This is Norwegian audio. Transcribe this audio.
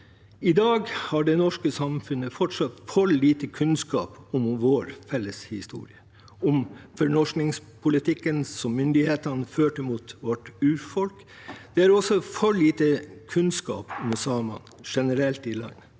I dag har det norske samfunnet fortsatt for lite kunnskap om vår felles historie – om fornorskningspolitikken som myndighetene førte mot vårt urfolk. Vi har også for lite kunnskap om samene generelt i landet.